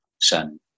son